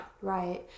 Right